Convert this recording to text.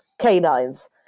canines